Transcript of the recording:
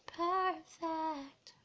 perfect